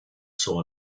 saw